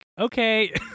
okay